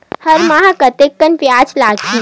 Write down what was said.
हर माह कतेकन ब्याज लगही?